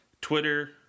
Twitter